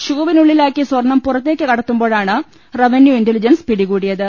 ഷൂവിനുള്ളിലാക്കി സ്വർണ്ണം പുറത്തേക്ക് കടത്തുമ്പോഴാണ് റവന്യൂ ഇന്റലിജൻസ് പിടികൂടിയത്